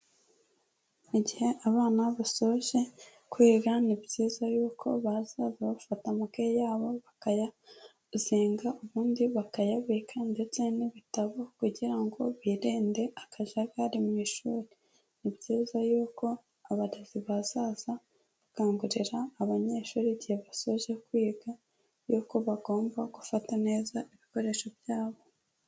Igihe abana basoje kwiga ni byiza yuko baza bagafata amakaye yabo bakayazinga, ubundi bakayabika ndetse n'ibitabo kugira ngo birinde akajagari mu ishuri. Ni byiza yuko abarezi bazaza bakangurira abanyeshuri igihe basoje kwiga yuko bagomba gufata neza ibikoresho byabo.